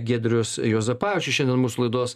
giedrius juozapavičius šiandien mūsų laidos